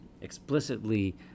explicitly